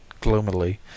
gloomily